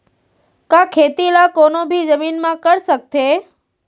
का खेती ला कोनो भी जमीन म कर सकथे?